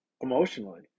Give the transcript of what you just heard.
emotionally